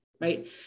right